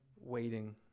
waiting